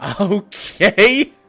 Okay